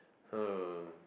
uh